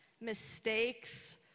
mistakes